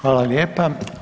Hvala lijepa.